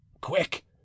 Quick